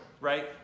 right